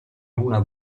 luna